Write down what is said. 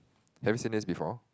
have you seen this before